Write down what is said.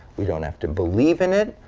we don't have to believe in it,